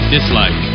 Dislike